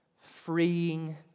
freeing